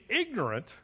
ignorant